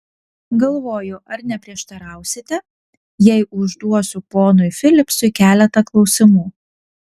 galvoju ar neprieštarausite jei užduosiu ponui filipsui keletą klausimų